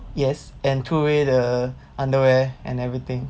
yes and throw away the underwear and everything